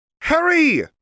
Harry